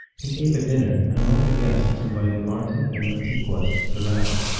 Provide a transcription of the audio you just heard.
he gave a dinner, and among the guests invited marten and mahtigwess, the rabbit.